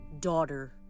daughter